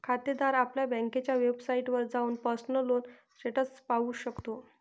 खातेदार आपल्या बँकेच्या वेबसाइटवर जाऊन पर्सनल लोन स्टेटस पाहू शकतो